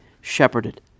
shepherded